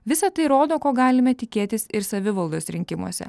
visa tai rodo ko galime tikėtis ir savivaldos rinkimuose